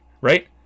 right